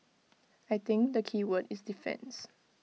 I think the keyword is defence